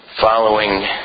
Following